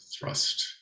thrust